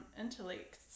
intellects